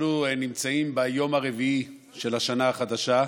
אנחנו נמצאים ביום הרביעי של השנה החדשה,